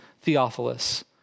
Theophilus